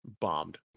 bombed